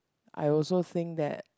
I also think that